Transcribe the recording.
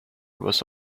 was